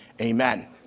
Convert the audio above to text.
amen